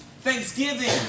thanksgiving